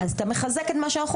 אתה מחזק את מה שאמרתי.